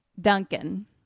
Duncan